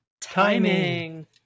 Timing